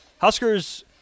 Huskers